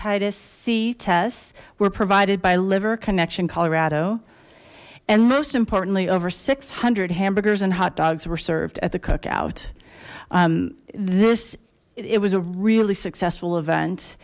c tests were provided by liver connection colorado and most importantly over six hundred hamburgers and hotdogs were served at the cookout this it was a really successful event